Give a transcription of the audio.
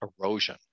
erosion